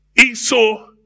Esau